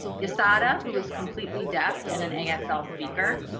jesada, who was completely deaf and an asl speaker,